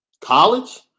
College